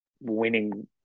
winning